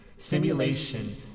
Simulation